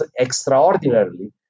extraordinarily